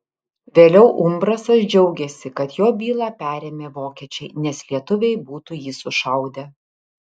vėliau umbrasas džiaugėsi kad jo bylą perėmė vokiečiai nes lietuviai būtų jį sušaudę